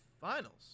finals